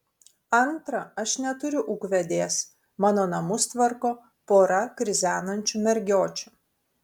antra aš neturiu ūkvedės mano namus tvarko pora krizenančių mergiočių